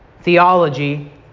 theology